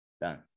Done